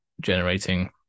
generating